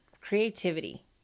creativity